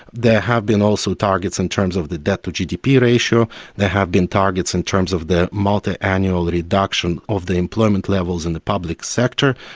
there have been also targets in terms of the debt to gdp ratio there have been targets in terms of the multiannual reduction of the employment levels in the public sector.